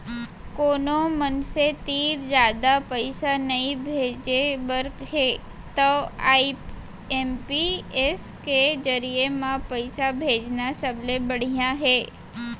कोनो मनसे तीर जादा पइसा नइ भेजे बर हे तव आई.एम.पी.एस के जरिये म पइसा भेजना सबले बड़िहा हे